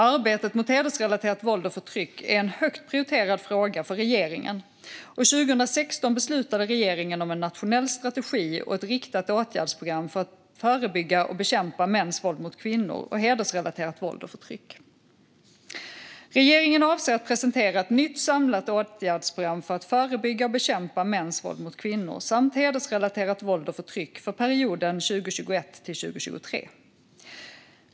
Arbetet mot hedersrelaterat våld och förtryck är en högt prioriterad fråga för regeringen, och 2016 beslutade regeringen om en nationell strategi och ett riktat åtgärdsprogram för att förebygga och bekämpa mäns våld mot kvinnor och hedersrelaterat våld och förtryck. Regeringen avser att presentera ett nytt samlat åtgärdsprogram för att förebygga och bekämpa mäns våld mot kvinnor samt hedersrelaterat våld och förtryck för perioden 2021-2023.